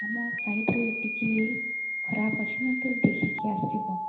ଆମ ସାଇଟରେ ଟିକିଏ ଖରାପ ଅଛି ନା ତ ଦେଖିକି ଆସିବ